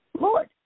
Lord